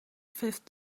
fifth